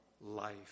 life